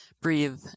breathe